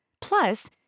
Plus